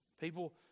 People